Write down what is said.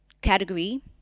category